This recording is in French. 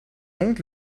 monte